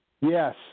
Yes